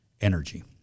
energy